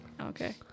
Okay